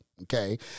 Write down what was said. Okay